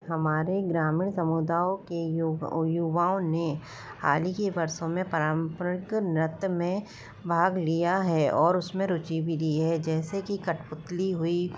हमारे ग्रामीण समुदायों के युवाओं ने हाल ही के वर्षों में पारम्परिक नृत्य में भाग लिया है और उसमें रुचि भी ली है जैसे की कठपुतली हुई